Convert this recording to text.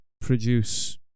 produce